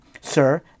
Sir